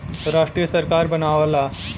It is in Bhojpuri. राष्ट्रीय सरकार बनावला